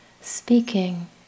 speaking